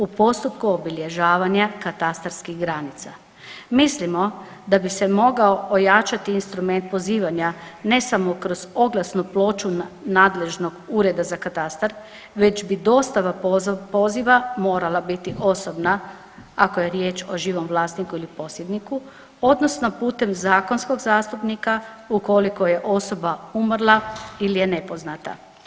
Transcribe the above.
U postupku obilježavanja katastarskih granica, mislimo da bi se mogao ojačati instrument pozivanja, ne samo kroz oglasnu ploču nadležnog ureda za katastar, već bi dostava poziva morala biti osobna, ako je riječ o živom vlasniku ili posjedniku, odnosno putem zakonskog zastupnika ukoliko je osoba umrla ili je nepoznata.